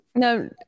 No